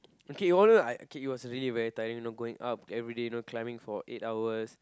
okay you wanna know K it was really very tiring you know going up everyday you know climbing for eight hours